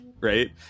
right